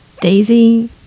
Daisy